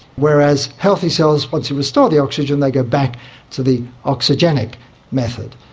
whereas healthy cells, once you restore the oxygen they go back to the oxygenic method.